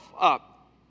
up